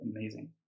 amazing